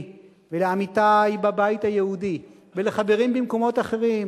ולעמיתי בבית היהודי ולחברים במקומות אחרים: